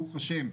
ברוך השם,